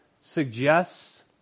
suggests